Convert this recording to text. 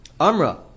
Amra